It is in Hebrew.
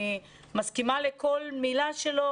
אני מסכימה לכל מילה שלו